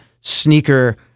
sneaker